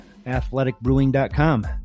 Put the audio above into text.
athleticbrewing.com